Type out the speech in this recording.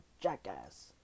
jackass